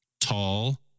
Tall